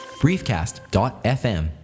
briefcast.fm